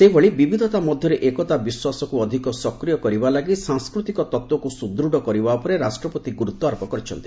ସେହିଭଳି ବିବିଧତା ମଧ୍ୟରେ ଏକତା ବିଶ୍ୱାସକୁ ଅଧିକ ସକ୍ରିୟ କରିବା ଲାଗି ସାଂସ୍କୃତିକ ତତ୍ତ୍ୱକୁ ସୁଦୃଢ଼ କରିବା ଉପରେ ରାଷ୍ଟ୍ରପତି ଗୁରୁତ୍ୱାରୋପ କରିଛନ୍ତି